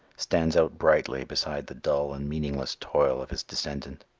stands out brightly beside the dull and meaningless toil of his descendant.